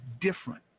different